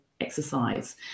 exercise